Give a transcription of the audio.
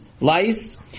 lice